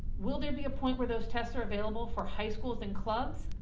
will there be a point where those tests are available for high schools and clubs?